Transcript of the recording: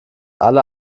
alle